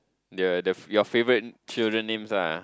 the the your favourite children names lah